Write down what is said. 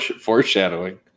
Foreshadowing